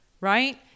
right